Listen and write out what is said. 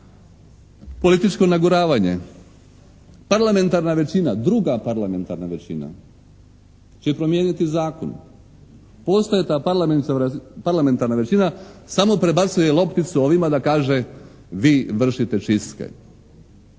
političko naguravanje, parlamentarna većina, druga parlamentarna većina će promijeniti zakon. Postoji ta parlamentarna većina, samo prebacuje lopticu ovima da kaže vi vršite čistke.